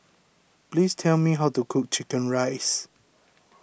please tell me how to cook Chicken Rice